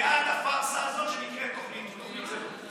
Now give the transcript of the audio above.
בעד הפארסה הזאת שנקראת "תוכנית המענקים".